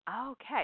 Okay